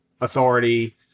authority